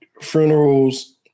funerals